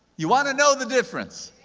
you want to know the difference?